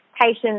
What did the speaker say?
patients